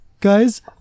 guys